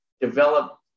develop